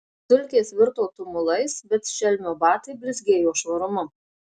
dulkės virto tumulais bet šelmio batai blizgėjo švarumu